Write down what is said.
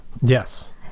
Yes